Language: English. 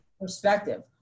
perspective